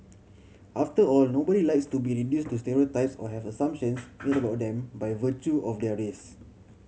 after all nobody likes to be reduced to stereotypes or have assumptions made about them by virtue of their race